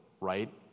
right